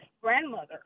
grandmother